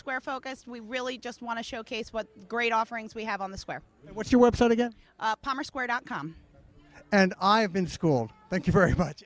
square focused we really just want to showcase what great offerings we have on the square what's your website again palmer square dot com and on i've been school thank you very much